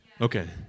Okay